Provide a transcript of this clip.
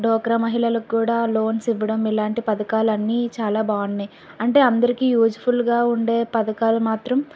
డ్వాక్రా మహిళలకు కూడా లోన్స్ ఇవ్వడం ఇలాంటి పథకాలు అన్ని చాలా బాగున్నాయి అంటే అందరికీ యూస్ఫుల్గా ఉండే పథకాలు మాత్రం